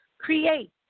create